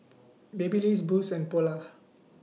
Babyliss Boost and Polar